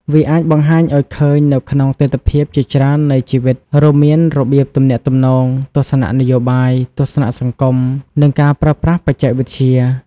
វាអាចបង្ហាញឱ្យឃើញនៅក្នុងទិដ្ឋភាពជាច្រើននៃជីវិត រួមមានរបៀបទំនាក់ទំនង ទស្សនៈនយោបាយ ទស្សនៈសង្គម និងការប្រើប្រាស់បច្ចេកវិទ្យា។